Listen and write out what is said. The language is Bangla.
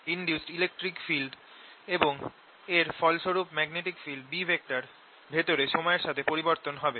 ইনডিউসড ইলেকট্রিক ফিল্ড এবং এর ফলস্বরূপ ম্যাগনেটিক ফিল্ড B ভেতরে সময়ের সাথে পরিবর্তন হবে